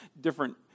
different